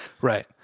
Right